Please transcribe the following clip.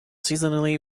seasonally